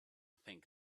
think